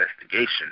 investigation